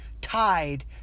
tied